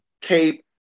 cape